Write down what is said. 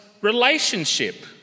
relationship